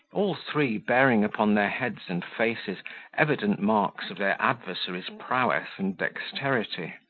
all three bearing upon their heads and faces evident marks of their adversary's prowess and dexterity.